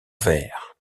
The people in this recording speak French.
vert